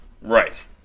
Right